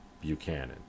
Buchanan